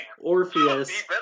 Orpheus